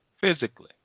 physically